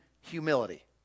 humility